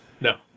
No